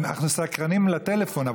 אנחנו סקרנים לטלפון,